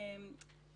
יש